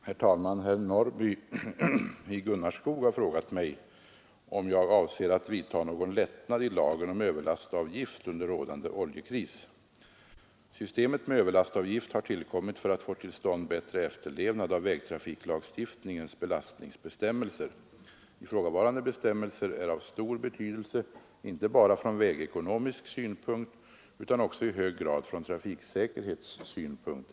Herr talman! Herr Norrby i Gunnarskog har frågat mig om jag avser att vidtaga någon lättnad i lagen om överlastavgift under rådande oljekris. Systemet med överlastavgift har tillkommit för att få till stånd bättre efterlevnad av vägtrafiklagstiftningens belastningsbestämmelser. Ifråga varande bestämmelser är av stor betydelse, inte bara från vägekonomisk synpunkt, utan också i hög grad från trafiksäkerhetssynpunkt.